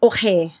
Okay